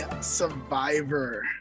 survivor